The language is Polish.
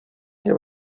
nie